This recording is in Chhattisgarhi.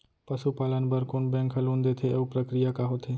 पसु पालन बर कोन बैंक ह लोन देथे अऊ प्रक्रिया का होथे?